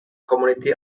community